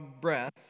breath